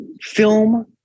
film